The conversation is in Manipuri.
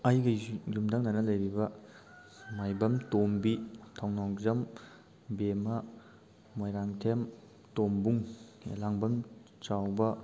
ꯑꯩꯒ ꯌꯨꯝꯗꯪꯅꯅ ꯂꯩꯔꯤꯕ ꯃꯥꯏꯕꯝ ꯇꯣꯝꯕꯤ ꯊꯧꯅꯥꯎꯖꯝ ꯕꯦꯝꯃ ꯃꯣꯏꯔꯥꯡꯊꯦꯝ ꯇꯣꯝꯕꯨꯡ ꯑꯦꯂꯥꯡꯕꯝ ꯆꯥꯎꯕ